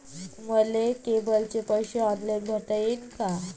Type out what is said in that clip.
मले केबलचे पैसे ऑनलाईन भरता येईन का?